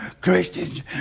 Christians